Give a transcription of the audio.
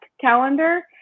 calendar